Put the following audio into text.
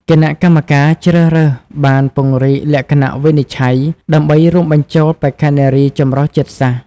គណៈកម្មការជ្រើសរើសបានពង្រីកលក្ខណៈវិនិច្ឆ័យដើម្បីរួមបញ្ចូលបេក្ខនារីចម្រុះជាតិសាសន៍។